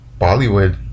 Bollywood